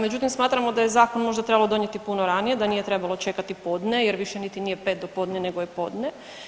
Međutim, smatramo da je zakon možda trebalo donijeti puno ranije, da nije trebalo čekati podne jer više niti nije pet do podne nego je podne.